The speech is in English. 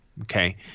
Okay